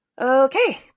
Okay